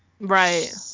Right